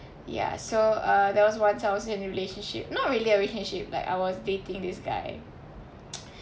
yeah so uh there was once I was in a relationship not really a relationship like I was dating this guy